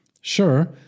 Sure